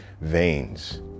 veins